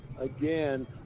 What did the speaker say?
again